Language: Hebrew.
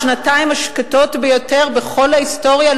השנתיים השקטות ביותר בכל ההיסטוריה.